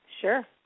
Sure